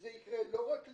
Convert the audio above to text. וזה יקרה לא רק לי,